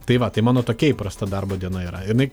tai va tai mano tokia įprasta darbo diena yra jinai